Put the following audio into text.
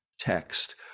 text